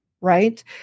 Right